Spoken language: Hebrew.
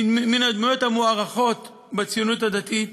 מן הדמויות המוערכות בציונות הדתית,